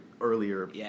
earlier